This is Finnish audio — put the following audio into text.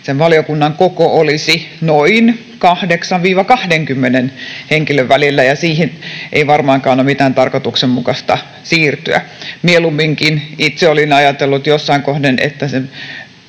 valiokunnan koko olisi noin 8—20 henkilön välillä, ja siihen ei varmaankaan ole mitenkään tarkoituksenmukaista siirtyä. Mieluumminkin itse olin ajatellut jossain kohden,